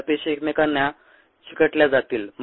आता पेशी एकमेकांना चिकटल्या जातील